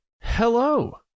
hello